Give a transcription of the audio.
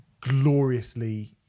gloriously